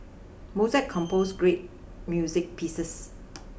Mozart compose great music pieces